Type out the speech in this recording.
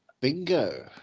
Bingo